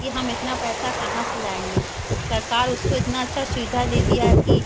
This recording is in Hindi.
कि हम इतना पैसा कहाँ से लाएँगे सरकार उसको इतना अच्छा सुविधा दे दिया है कि